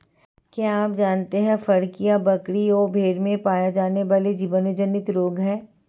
क्या आप जानते है फड़कियां, बकरी व भेड़ में पाया जाने वाला जीवाणु जनित रोग है?